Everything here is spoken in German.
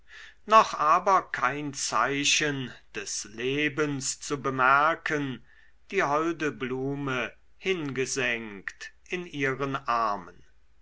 noch aber kein zeichen des lebens zu bemerken die holde blume hingesenkt in ihren armen